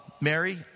Mary